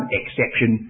exception